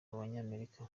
banyamerika